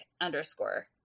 underscore